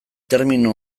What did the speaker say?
termino